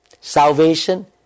salvation